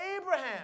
Abraham